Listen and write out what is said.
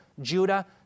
Judah